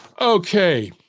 Okay